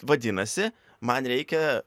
vadinasi man reikia